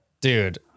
Dude